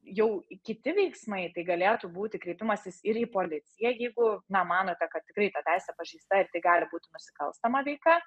jau kiti veiksmai tai galėtų būti kreipimasis ir į policiją jeigu na manote kad tikrai ta teisė pažeista gali būti nusikalstama veika